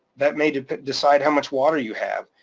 that may decide how much water you have.